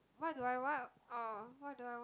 what do I what orh what do I want